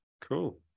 Cool